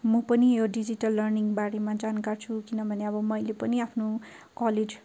म पनि यो डिजिटल लर्निङ बारेमा जानकार छु किनभने अब मैले पनि आफ्नो कलेज